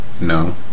No